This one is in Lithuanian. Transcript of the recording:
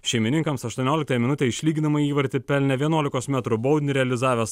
šeimininkams aštuonioliktąją minutę išlyginamąjį įvartį pelnė vienuolikos metrų baudinį realizavęs